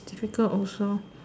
difficult also